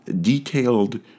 detailed